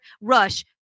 rush